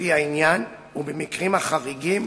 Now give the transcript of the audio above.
לפי העניין, ובמקרים החריגים